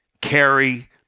carry